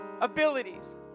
abilities